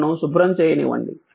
నన్ను శుభ్రం చేయనివ్వండి